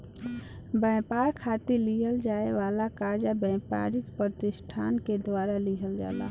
ब्यपार खातिर लेवे जाए वाला कर्जा ब्यपारिक पर तिसठान के द्वारा लिहल जाला